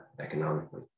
economically